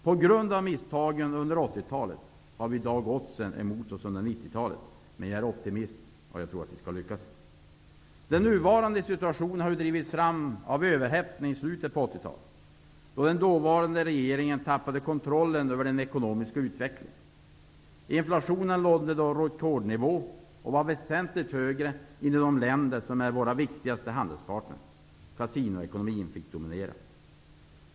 På grund av de misstag som gjordes under 80-talet har vi oddsen emot oss under 90-talet. Men jag är optimist, och jag tror att vi skall lyckas. Den nuvarande situationen har drivits fram av överhettningen i slutet på 80-talet. Då tappade den dåvarande regeringen kontrollen över den ekonomiska utvecklingen. Inflationen nådde rekordnivå och var väsentligt högre här än i de länder som är våra viktigaste handelspartner. Kasinoekonomin dominerade.